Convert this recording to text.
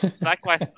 Likewise